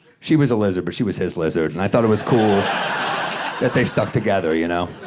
she was a lizard, but she was his lizard, and i thought it was cool that they stuck together, you know?